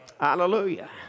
Hallelujah